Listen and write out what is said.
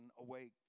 awake